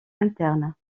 interne